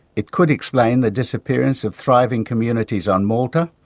it could explain the disappearance of thriving communities on malta,